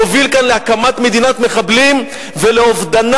מוביל כאן להקמת מדינת מחבלים ולאובדנה,